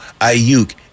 Ayuk